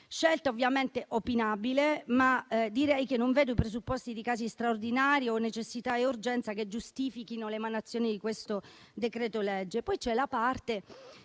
scelta opinabile, ma direi che non vedo i presupposti di straordinaria necessità e urgenza che giustifichino l'emanazione di un decreto-legge. C'è poi la parte